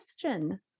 question